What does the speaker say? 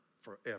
forever